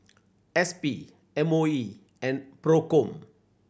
S P M O E and Procom